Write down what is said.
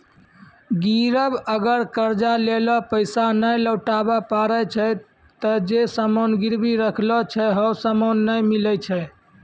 गिरब अगर कर्जा लेलो पैसा नै लौटाबै पारै छै ते जे सामान गिरबी राखलो छै हौ सामन नै मिलै छै